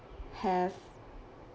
have